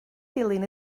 dilyn